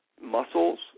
muscles